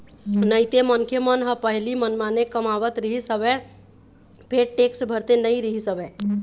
नइते मनखे मन ह पहिली मनमाने कमावत रिहिस हवय फेर टेक्स भरते नइ रिहिस हवय